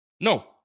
No